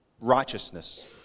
righteousness